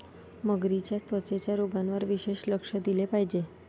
मगरींच्या त्वचेच्या रोगांवर विशेष लक्ष दिले पाहिजे